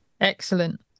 Excellent